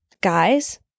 Guys